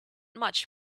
much